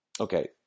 Okay